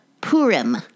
Purim